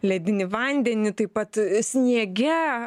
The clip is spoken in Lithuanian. ledinį vandenį taip pat sniege